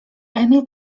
emil